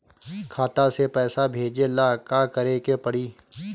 खाता से पैसा भेजे ला का करे के पड़ी?